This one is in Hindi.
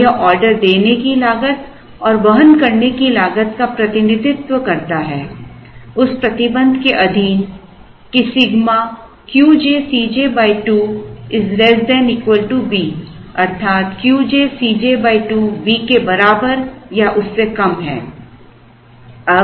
तो यह ऑर्डर देने की लागत और वहन करने की लागत का प्रतिनिधित्व करता है उस प्रतिबंध के अधीन कि sigma Q j C j 2 B अर्थात Q j C j 2 B के बराबर या उससे कम है